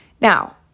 Now